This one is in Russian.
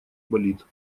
болит